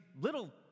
little